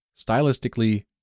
stylistically